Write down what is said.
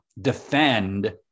defend